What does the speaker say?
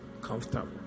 Comfortable